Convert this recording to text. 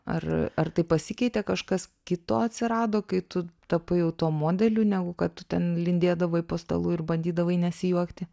ar ar tai pasikeitė kažkas kito atsirado kai tu tapai jau tuo modeliu negu kad tu ten lindėdavai po stalu ir bandydavai nesijuokti